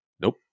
nope